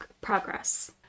progress